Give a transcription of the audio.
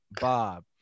Bob